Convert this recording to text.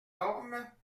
ormes